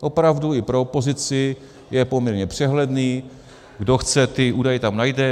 Opravdu i pro opozici je poměrně přehledný, kdo chce, údaje tam najde.